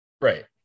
right